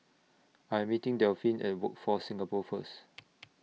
I Am meeting Delphin At Workforce Singapore First